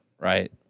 right